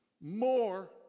more